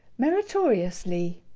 meritoriously.